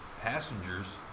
passengers